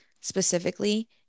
specifically